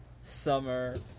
summer